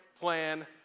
plan